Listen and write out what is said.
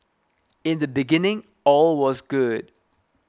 in the beginning all was good